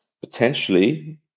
potentially